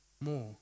more